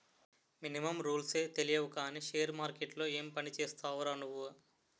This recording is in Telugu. మినిమమ్ రూల్సే తెలియవు కానీ షేర్ మార్కెట్లో ఏం పనిచేస్తావురా నువ్వు?